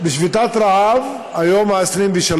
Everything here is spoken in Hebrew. בשביתת רעב, היום ה-23.